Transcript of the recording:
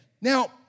Now